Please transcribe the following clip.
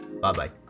Bye-bye